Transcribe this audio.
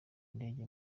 indege